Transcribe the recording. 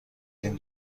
این